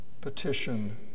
petition